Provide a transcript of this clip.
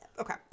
Okay